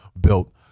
built